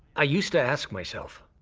i used to ask myself